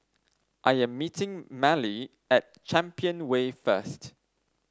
I am meeting Mallie at Champion Way first